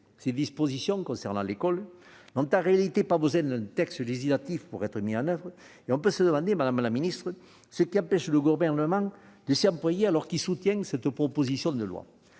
Ses dispositions concernant l'école n'ont, en réalité, pas besoin d'un texte législatif pour être mises en oeuvre, et l'on peut se demander, madame la secrétaire d'État, ce qui empêche le Gouvernement de s'y employer, alors qu'il soutient cette proposition de loi.